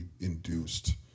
induced